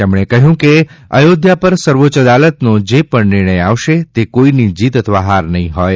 તેમણે કહ્યું કે અયોધ્યા પર સર્વોચ્ય અદાલતનો જે પણ નિર્ણય આવશે તે કોઈની જીત અથવા હાર નહીં હોય